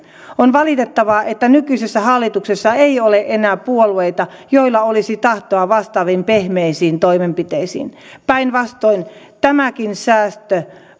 on valitettavaa että nykyisessä hallituksessa ei ole enää puolueita joilla olisi tahtoa vastaaviin pehmeisiin toimenpiteisiin päinvastoin tämäkin säästö